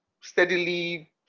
steadily